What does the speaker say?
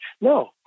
No